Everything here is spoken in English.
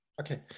Okay